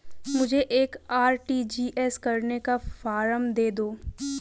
मुझे एक आर.टी.जी.एस करने का फारम दे दो?